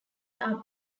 are